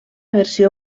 versió